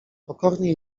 pokornie